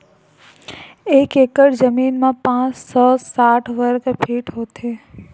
एक एकड़ जमीन मा पांच सौ साठ वर्ग फीट होथे